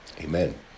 Amen